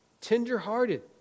tenderhearted